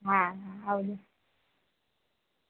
હા હા આવજો